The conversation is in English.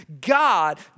God